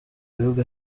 bihugu